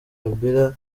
kabila